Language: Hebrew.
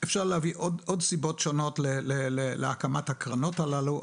אפשר להביא עוד סיבות שונות להקמת הקרנות הללו,